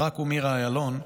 ברק ומירה איילון,